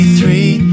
three